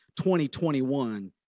2021